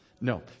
No